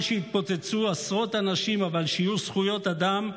שיתפוצצו עשרות אנשים אבל שיהיו זכויות אדם,